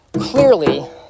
clearly